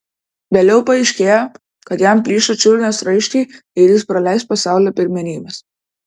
vėliau paaiškėjo kad jam plyšo čiurnos raiščiai ir jis praleis pasaulio pirmenybes